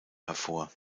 hervor